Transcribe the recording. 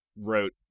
wrote